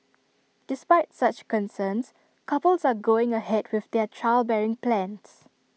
despite such concerns couples are going ahead with their childbearing plans